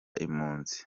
impunzi